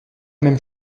même